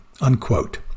Unquote